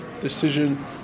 decision